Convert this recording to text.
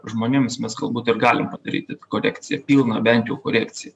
žmonėms mes galbūt ir galim padaryti tą kolekciją pilną bent jau kolekciją